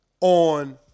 on